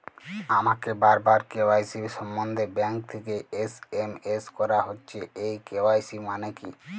আমাকে বারবার কে.ওয়াই.সি সম্বন্ধে ব্যাংক থেকে এস.এম.এস করা হচ্ছে এই কে.ওয়াই.সি মানে কী?